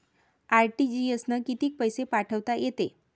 RTGS न कितीक पैसे पाठवता येते?